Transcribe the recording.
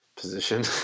position